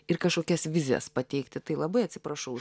ir kažkokias vizijas pateikti tai labai atsiprašau